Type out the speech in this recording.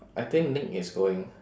I think nick is going